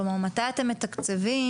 כלומר מתי אתם מתקצבים,